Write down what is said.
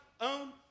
own